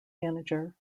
manager